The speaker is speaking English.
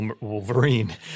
Wolverine